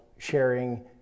sharing